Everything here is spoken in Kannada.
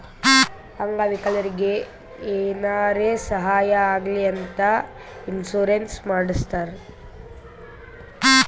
ಅಂಗ ವಿಕಲರಿಗಿ ಏನಾರೇ ಸಾಹಾಯ ಆಗ್ಲಿ ಅಂತ ಇನ್ಸೂರೆನ್ಸ್ ಮಾಡಸ್ತಾರ್